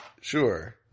Sure